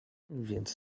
więc